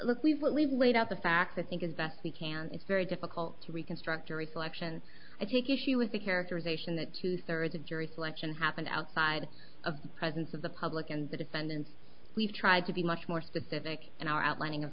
look we've what we've laid out the facts i think as best we can it's very difficult to reconstruct jury selection i take issue with the characterization that two thirds of jury selection happened outside of the presence of the public and the defendant we've tried to be much more specific in our outlining of